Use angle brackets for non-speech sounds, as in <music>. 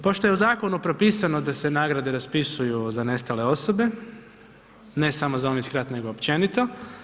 Pošto je u zakonu propisano da se nagrade raspisuju za nestale osobe, ne samo za one iz ... <unintelligible> nego općenito.